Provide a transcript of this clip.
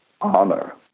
honor